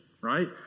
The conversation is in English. right